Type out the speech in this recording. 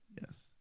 Yes